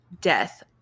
death